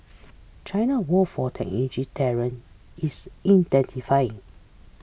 China war for technology talent is intensifying